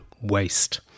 waste